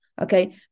okay